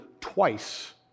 twice